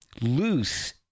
loose